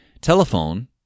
telephone